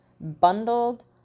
bundled